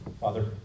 Father